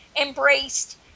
embraced